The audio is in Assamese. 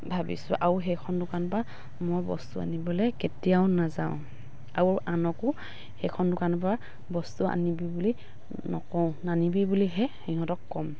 ভাবিছোঁ আৰু সেইখন দোকানৰ পৰা মই বস্তু আনিবলৈ কেতিয়াও নাযাওঁ আৰু আনকো সেইখন দোকানৰ পৰা বস্তু আনিবি বুলি নকওঁ নানিবি বুলিহে সিহঁতক ক'ম